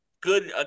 good